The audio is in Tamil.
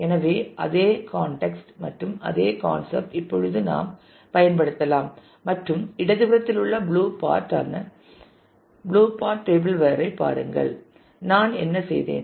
எனவே அதே கான்டெஸ்ட் மற்றும் அதே கான்செப்ட் இப்பொழுது நாம் பயன்படுத்தலாம் மற்றும் இடதுபுறத்தில் உள்ள ப்ளூ பார்ட் ஆன ப்ளூ பார்ட் டேபிள்வேர்ஐ பாருங்கள் நான் என்ன செய்தேன்